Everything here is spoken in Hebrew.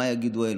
מה יגידו אלו?